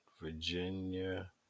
Virginia